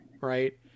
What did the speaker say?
right